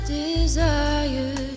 desire